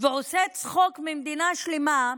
ועושה צחוק ממדינה שלמה,